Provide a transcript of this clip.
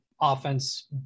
offense